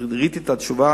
ראיתי את התשובה